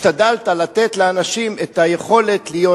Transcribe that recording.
השתדלת לתת לאנשים את היכולת להיות.